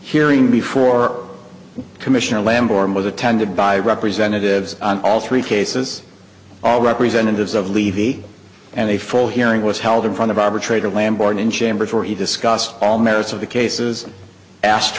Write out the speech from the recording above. hearing before the commissioner lambourn was attended by representatives on all three cases all representatives of levy and a full hearing was held in front of arbitrator lamm board in chambers where he discussed all the merits of the cases asked